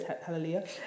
hallelujah